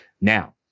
Now